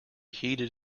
heated